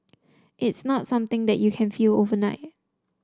it's not something that you can feel overnight